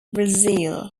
brazil